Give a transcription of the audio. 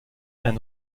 and